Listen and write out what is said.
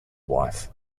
wife